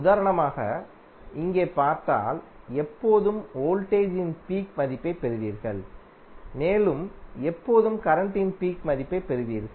உதாரணமாக இங்கே பார்த்தால் எப்போதும் வோல்டேஜின் பீக் மதிப்பைப் பெறுவீர்கள் மேலும் எப்போதும் கரண்ட்டின் பீக் மதிப்பைப் பெறுவீர்கள்